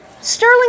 Sterling